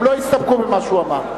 הם לא הסתפקו במה שהוא אמר.